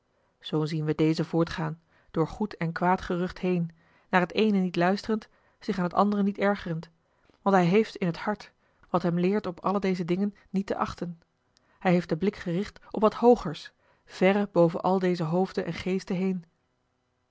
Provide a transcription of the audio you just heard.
zoo zien we dezen voortgaan door goed en kwaad gerucht heen naar het eene niet luisterend zich aan t andere niet ergerend want hij heeft in het hart wat hem leert op alle deze dingen niet te achten hij heeft den blik gericht op wat hoogers verre boven alle deze hoofden en geesten heen